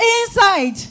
Inside